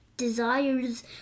Desires